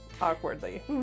Awkwardly